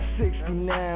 69